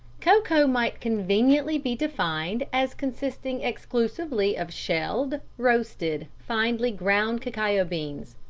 cocoa might conveniently be defined as consisting exclusively of shelled, roasted, finely-ground cacao beans,